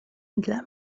dla